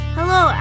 Hello